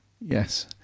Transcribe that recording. Yes